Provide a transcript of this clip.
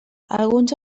alguns